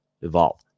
evolve